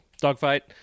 Dogfight